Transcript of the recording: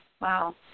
Wow